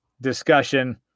discussion